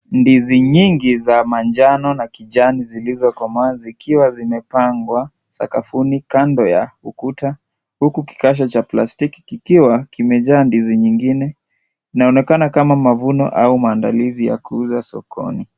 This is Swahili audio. Ndizi nyingi za manjano na kijani zilizo komaa zikiwa zimepangwa sakafuni kando ya ukuta huku kikasha cha plastiki kikiwa kimejaa ndizi nyingine, inaonekana kama mavuno au maandalizi ya kuuza sokoni.